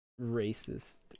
racist